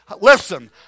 Listen